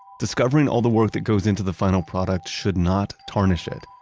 discovering all the work that goes into the final product should not tarnish it.